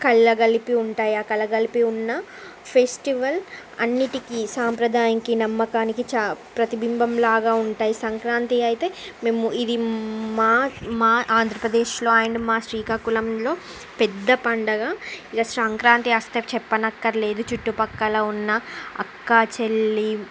కలగలిపి ఉంటాయి ఆ కలగలిపి ఉన్న ఫెస్టివల్ అన్నింటికి సాంప్రదాయానికి నమ్మకానికి ప్రతిబింబంలాగా ఉంటాయి సంక్రాంతి అయితే మేము ఇది మా మా ఆంధ్రప్రదేశ్లో అయిన మా శ్రీకాకుళంలో పెద్ద పండుగ ఇక సంక్రాంతి అసలు చెప్పనక్కర్లేదు చుట్టుపక్కల ఉన్న అక్కా చెల్లి